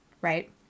Right